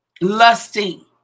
lusting